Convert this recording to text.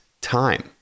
time